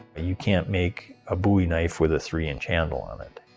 you can't make a bowie knife with a three inch handle on it.